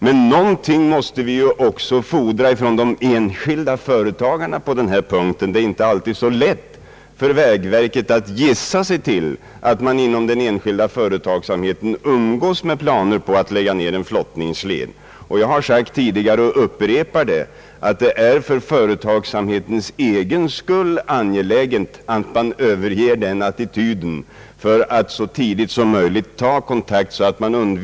Men någonting måste vi också fordra från de enskilda företagarna på den här punkten. Det är inte alltid så lätt för vägverket att gissa sig till att man inom den enskilda företagsamheten umgås med planer på att lägga ned en flottningsled. Företagarna bör i eget intresse överge sin tidigare attityd och så tidigt som möjligt ta kontakt med vägmyndigheterna.